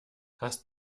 hast